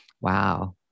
wow